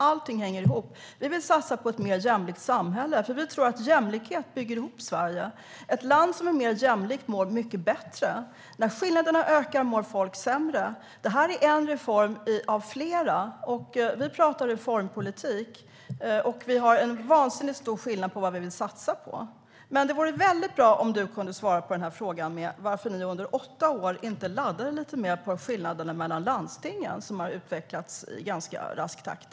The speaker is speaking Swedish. Allt hänger ihop. Vi vill satsa på ett mer jämlikt samhälle, för vi tror att jämlikhet bygger ihop Sverige. Ett land som är mer jämlikt mår mycket bättre. När skillnaderna ökar mår folk sämre. Detta är en reform av flera. Vi pratar om reformpolitik, och det är vansinnigt stor skillnad på vad vi vill satsa på. Det vore väldigt bra om du kunde svara på frågan varför ni under åtta år inte laddade lite mer när det gäller skillnaderna mellan landstingen, som har ökat i ganska rask takt.